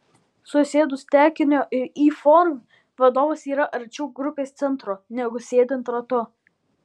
susėdus tekinio ir y forma vadovas yra arčiau grupės centro negu sėdint ratu